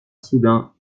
soudain